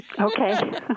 Okay